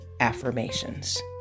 affirmations